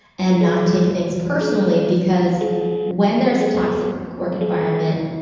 and not take things personally, because when there's a toxic work environment,